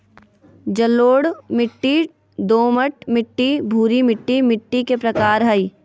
जलोढ़ मिट्टी, दोमट मिट्टी, भूरी मिट्टी मिट्टी के प्रकार हय